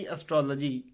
Astrology